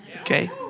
okay